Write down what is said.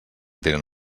tenen